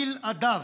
בלעדיו.